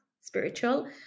spiritual